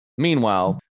Meanwhile